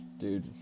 Dude